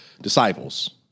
disciples